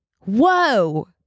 Whoa